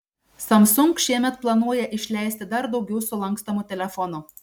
samsung šiemet planuoja išleisti dar daugiau sulankstomų telefonų